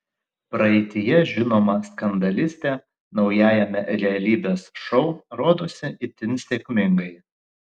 praeityje žinoma skandalistė naujajame realybės šou rodosi itin sėkmingai